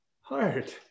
heart